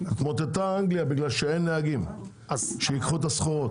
התמוטטה כי אין נהגים שייקחו את הסחורות.